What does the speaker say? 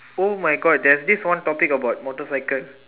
oh my God there's this one topic about motorcycle